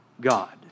God